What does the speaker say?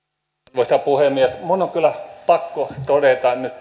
arvoisa puhemies minun on kyllä pakko todeta nyt